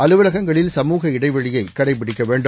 அலுவலகங்களில் சமுக இடைவெளியை கடைபிடிக்கவேண்டும்